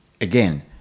again